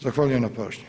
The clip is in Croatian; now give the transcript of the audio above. Zahvaljujem na pažnji.